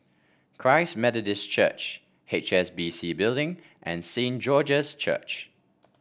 Christ Methodist Church H S B C Building and Saint George's Church